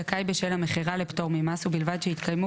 זכאי בשל המכירה לפטור ממס ובלבד שהתקיימו